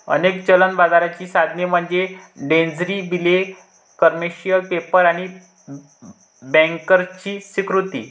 अनेक चलन बाजाराची साधने म्हणजे ट्रेझरी बिले, कमर्शियल पेपर आणि बँकर्सची स्वीकृती